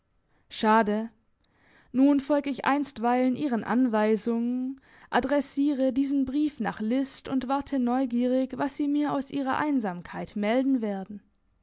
schade nun folg ich einstweilen ihren anweisungen adressiere diesen brief nach list und warte neugierig was sie mir aus ihrer einsamkeit melden werden